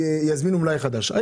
ויזמינו מלאי חדש,